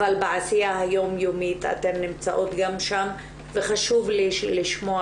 אבל בעשייה היום יומית אתן נמצאות גם שם וחשוב לי לשמוע